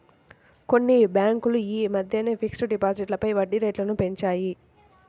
కొన్ని బ్యేంకులు యీ మద్దెనే ఫిక్స్డ్ డిపాజిట్లపై వడ్డీరేట్లను పెంచాయి